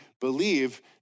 believe